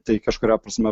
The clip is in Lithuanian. tai kažkuria prasme